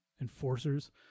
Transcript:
enforcers